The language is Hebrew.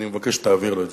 אני מבקש שתעביר לו את זה,